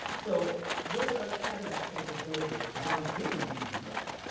so with us having that capability, why didn't we do that?